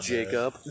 Jacob